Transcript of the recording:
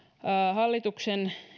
hallituksen